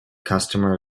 customer